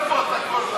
התשע"ו 2016,